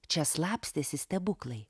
čia slapstėsi stebuklai